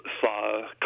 saw